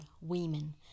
Women